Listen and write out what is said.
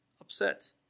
upset